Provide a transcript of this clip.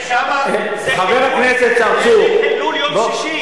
זה, חבר הכנסת צרצור, בוא, זה חילול יום שישי.